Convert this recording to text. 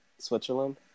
Switzerland